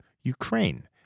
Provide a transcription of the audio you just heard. Ukraine